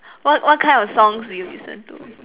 what what kind of songs do you listen to